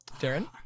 darren